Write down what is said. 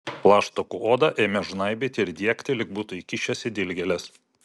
plaštakų odą ėmė žnaibyti ir diegti lyg būtų įkišęs į dilgėles